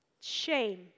shame